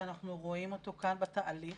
שאנחנו רואים אותו כאן בתהליך.